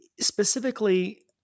specifically